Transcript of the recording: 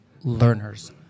learners